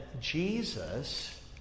Jesus